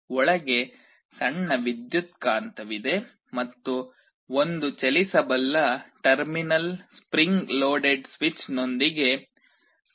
ಒಳಗೆ ಸಣ್ಣ ವಿದ್ಯುತ್ಕಾಂತವಿದೆ ಮತ್ತು ಒಂದು ಚಲಿಸಬಲ್ಲ ಟರ್ಮಿನಲ್ ಸ್ಪ್ರಿಂಗ್ ಲೋಡೆಡ್ ಸ್ವಿಚ್ನೊಂದಿಗೆ ಸ್ವಿಚ್ ಇದೆ